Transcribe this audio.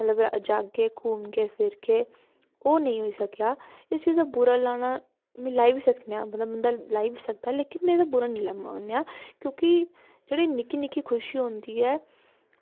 मतलब जाह्गे घुम्मगे फिरगे ओह् नेईं होई सकेआ मतलब इस चीज दा बूरा लाना मतलब बूरा लाई बी सकदे लेकिन ओह्दा बूरा नेईं मनना की जेह्ड़ी निक्की निक्की खुशी होंदी ऐ